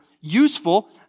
useful